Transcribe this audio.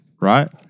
Right